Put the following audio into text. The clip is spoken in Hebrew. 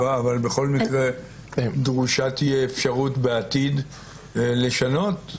אבל בכל מקרה תהיה דרושה אפשרות בעתיד לשנות.